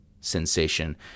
sensation